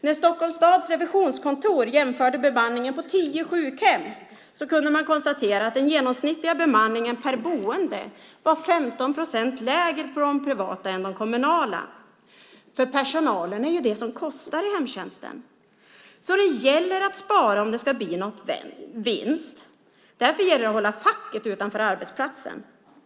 När Stockholms stads revisionskontor jämförde bemanningen på tio sjukhem kunde man konstatera att den genomsnittliga bemanningen per boende var 15 procent lägre på de privata vårdhemmen än på de kommunala vårdhemmen. Personalen är ju det som kostar i hemtjänsten. Det gäller därför att spara om det ska bli någon vinst. Därför gäller det att hålla facket utanför arbetsplatsen.